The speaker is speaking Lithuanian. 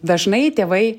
dažnai tėvai